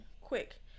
quick